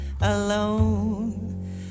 alone